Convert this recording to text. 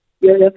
Yes